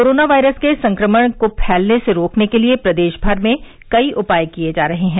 corona virus के संक्रमण को फैलने से रोकने के लिए प्रदेश भर में कई उपाय किए जा रहे हैं